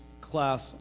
class